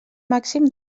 màxim